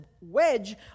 wedge